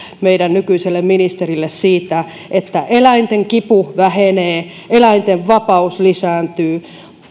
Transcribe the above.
meidän nykyiselle ministerillemme siitä että eläinten kipu vähenee eläinten vapaus lisääntyy